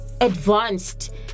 advanced